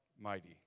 mighty